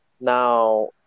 now